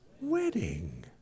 Wedding